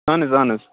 اَہَن حظ اَہَن حظ